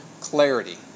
clarity